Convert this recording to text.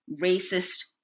racist